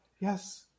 yes